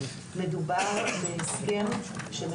ובעת האחרונה בפרט.